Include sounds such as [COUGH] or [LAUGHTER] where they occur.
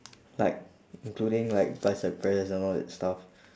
like including like bicep press and all that stuff [BREATH]